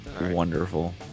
Wonderful